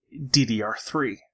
DDR3